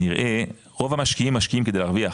רוב המשקיעים משקיעים כדי להרוויח